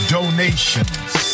Donations